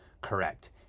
correct